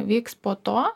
vyks po to